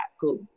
Cool